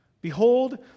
Behold